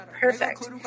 perfect